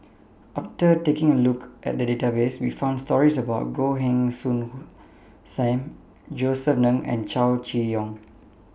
after taking A Look At The Database We found stories about Goh Heng Soon SAM Josef Ng and Chow Chee Yong